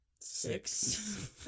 Six